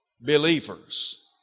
Believers